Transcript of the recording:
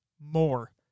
more